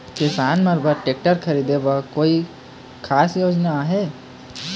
किसान मन बर ट्रैक्टर खरीदे के कोई खास योजना आहे?